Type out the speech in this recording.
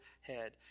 head